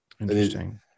Interesting